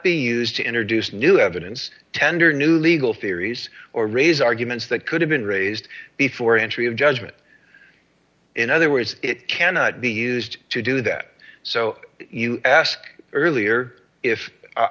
be used to introduce new evidence tender new legal theories or raise arguments that could have been raised before entry of judgment in other words it cannot be used to do that so you ask earlier